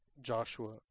Joshua